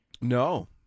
No